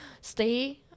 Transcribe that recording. stay